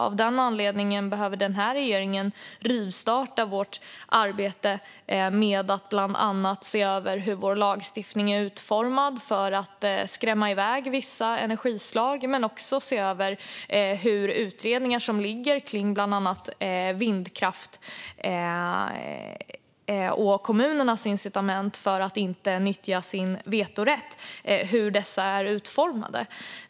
Av den anledningen behöver den här regeringen rivstarta arbetet med att se över den lagstiftning som nu är utformad för att skrämma iväg vissa energislag men också se över hur liggande utredningar om bland annat vindkraft och kommunernas incitament att inte nyttja sin vetorätt är utformade.